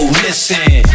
listen